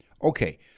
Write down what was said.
Okay